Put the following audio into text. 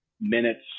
minutes